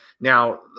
now